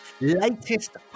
latest